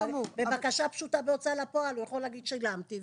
בבקשה פשוטה בהוצאה לפועל הוא יכול להגיד שילמתי,